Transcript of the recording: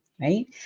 right